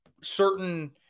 certain